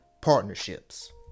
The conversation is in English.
partnerships